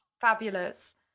Fabulous